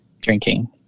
drinking